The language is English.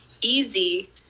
easy